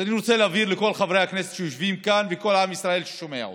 אני רוצה להבהיר לכל חברי הכנסת שיושבים כאן ולכל עם ישראל ששומע אותי: